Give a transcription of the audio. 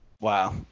Wow